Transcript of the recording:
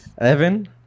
Evan